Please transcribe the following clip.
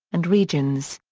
and regions.